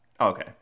Okay